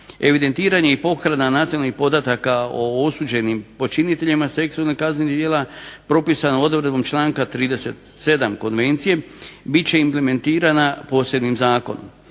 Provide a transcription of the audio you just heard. Evidentiranje i pohrana nacionalnih podataka o osuđenim počiniteljima seksualnih kaznenih djela propisanih odredbom članka 37. konvencije bit će implementirana posebnim zakonom.